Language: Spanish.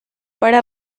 para